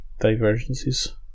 divergences